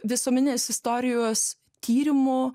visuomenės istorijos tyrimų